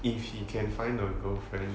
if he can find a girlfriend